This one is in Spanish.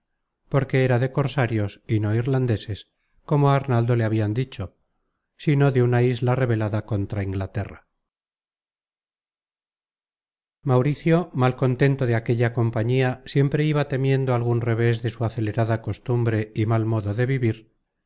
porque era de cosarios y no irlandeses como á arnaldo le habian dicho sino de una isla rebelada contra inglaterra mauricio mal contento de aquella compañía siempre iba temiendo algun reves de su acelerada costumbre y mal modo de vivir